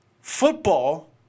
football